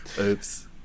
oops